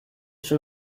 schon